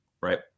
right